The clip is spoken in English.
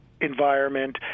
environment